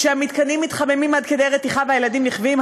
כשהמתקנים מתחממים עד כדי רתיחה והילדים נכווים,